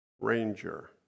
ranger